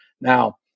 Now